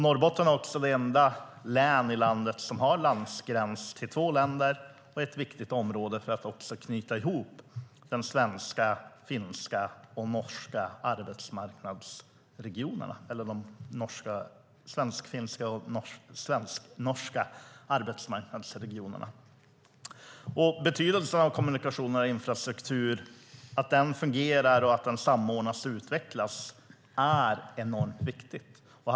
Norrbotten är det enda län i landet som har landsgräns till två länder och är ett viktigt område för att knyta ihop de svensk-finska och svensk-norska arbetsmarknadsregionerna. Betydelsen av att kommunikationerna och infrastrukturen fungerar, samordnas och utvecklas är enormt stor.